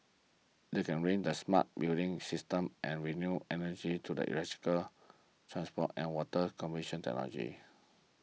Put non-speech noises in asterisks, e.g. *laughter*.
they can ring the smart building systems and renewable energy to electric transport and water conservation *unintelligible*